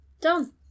Done